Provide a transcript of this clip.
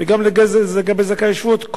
וגם לגבי זכאי שבות,